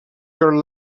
your